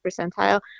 percentile